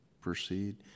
proceed